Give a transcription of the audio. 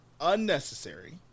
unnecessary